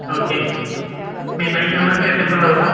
okay మీ bike number plate చెప్పగలరా